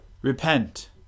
Repent